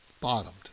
bottomed